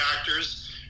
actors